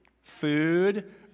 Food